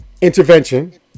intervention